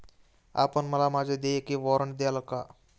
आपण मला माझे देयचे वॉरंट द्याल का?